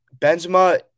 Benzema